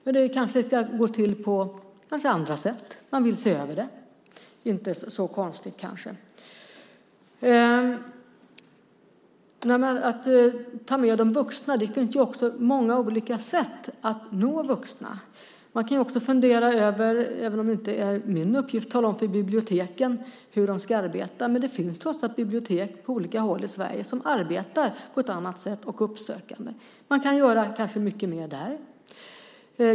Men det kanske kan gå till på andra sätt. Vi vill se över det. Det är inte så konstigt. Det finns många olika sätt att nå vuxna. Det är inte min uppgift att tala om för biblioteken hur de ska arbeta, men det finns trots allt bibliotek på olika håll i Sverige som arbetar annorlunda och uppsökande. Man kanske kan göra mer där.